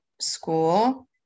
school